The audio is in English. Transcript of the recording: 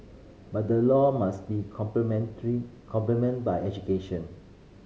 but the law must be complement by education